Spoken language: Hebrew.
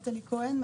שמי נטע-לי כהן,